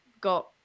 got